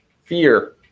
fear